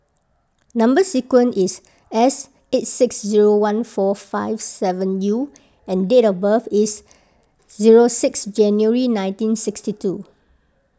Number Sequence is S eight six zero one four five seven U and date of birth is zero six January nineteen sixty two